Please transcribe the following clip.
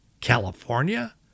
California